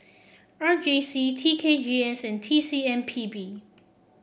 R J C T K G S and T C M P B